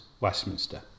Westminster